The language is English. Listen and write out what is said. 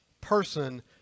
person